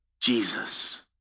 Jesus